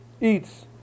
eats